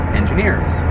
engineers